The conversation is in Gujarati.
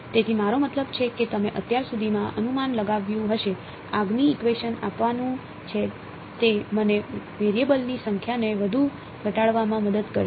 તેથી મારો મતલબ છે કે તમે અત્યાર સુધીમાં અનુમાન લગાવ્યું હશે આગામી ઇકવેશન આપવાનું છે તે મને વેરિયેબલની સંખ્યાને વધુ ઘટાડવામાં મદદ કરશે